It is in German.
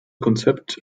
konzept